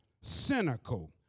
cynical